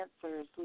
cancers